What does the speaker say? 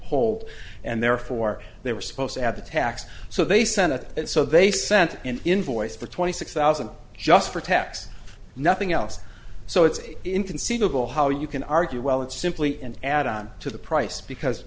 hold and therefore they were supposed to add the tax so they sent it and so they sent an invoice for twenty six thousand just for tax nothing else so it's inconceivable how you can argue well it's simply an add on to the price because